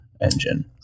engine